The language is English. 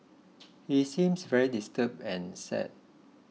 he seems very disturbed and sad